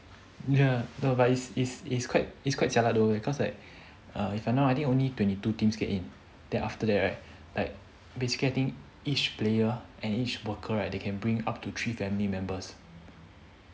ya but is is quite it's quite jialat though cause like uh if I'm not wrong only twenty two teams get in then after that right like basically I think each player and each worker right they can bring up to three family members